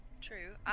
true